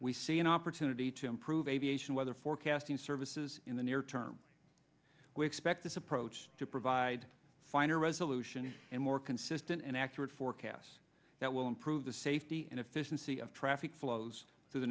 we see an opportunity to improve aviation weather forecasting services in the near term we expect this approach to provide finer resolution and more consistent and accurate forecasts that will improve the safety and efficiency of traffic flows through the